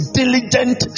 diligent